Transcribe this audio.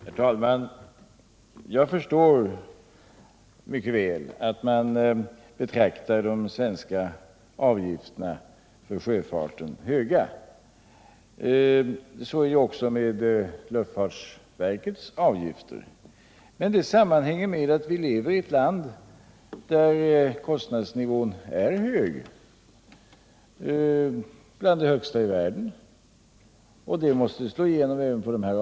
Herr talman! Jag förstår mycket väl att man betraktar de svenska avgifterna för sjöfarten som höga. Så är det också med luftfartens avgifter. Men det sammanhänger med att vi lever i ett land där kostnadsnivån är hög — bland de högsta i världen.